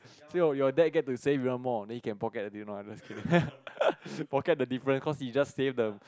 said your dad get be saved even more then you can pocket the no I just kidding pocket the difference cause you just pay the